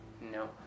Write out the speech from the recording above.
No